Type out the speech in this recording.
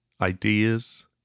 ideas